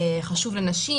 חשוב לנשים,